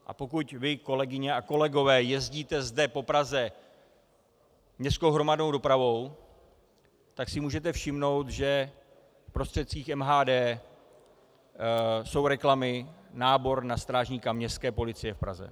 A pokud vy, kolegyně a kolegové, jezdíte zde po Praze městskou hromadnou dopravou, tak si můžete všimnout, že v prostředcích MHD jsou reklamy, nábor na strážníka Městské policie v Praze.